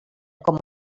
com